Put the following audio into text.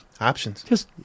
options